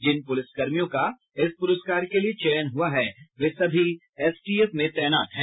जिन पुलिसकर्मियों का इस पुरस्कार के लिए चयन हुआ वे सभी एसटीएफ में तैनात है